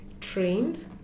trained